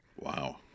Wow